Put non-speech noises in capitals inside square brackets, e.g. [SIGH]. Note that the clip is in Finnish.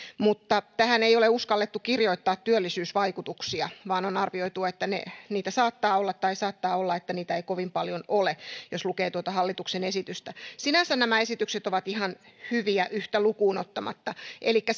mutta tähän ei ole uskallettu kirjoittaa työllisyysvaikutuksia vaan on arvioitu että niitä saattaa olla tai saattaa olla että niitä ei kovin paljon ole jos lukee tuota hallituksen esitystä sinänsä nämä esitykset ovat ihan hyviä yhtä lukuun ottamatta elikkä [UNINTELLIGIBLE]